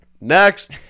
next